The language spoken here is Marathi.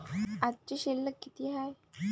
आजची शिल्लक किती हाय?